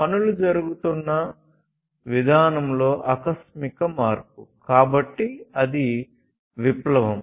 పనులు జరుగుతున్న విధానంలో ఆకస్మిక మార్పు కాబట్టి అది విప్లవం